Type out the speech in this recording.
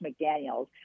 McDaniels